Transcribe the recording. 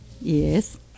Yes